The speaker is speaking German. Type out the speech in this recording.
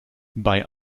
bei